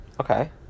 okay